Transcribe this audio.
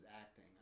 acting